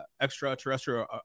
extraterrestrial